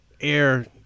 air